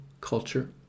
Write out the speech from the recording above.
culture